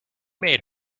made